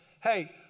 hey